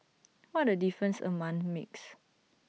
what A difference A month makes